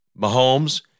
Mahomes